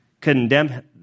condemn